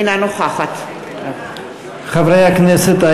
אינה נוכחת חברי הכנסת,